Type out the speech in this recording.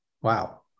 wow